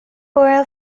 boro